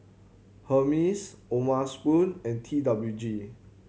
Hermes O'ma Spoon and T W G